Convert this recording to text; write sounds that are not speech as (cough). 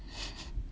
(breath)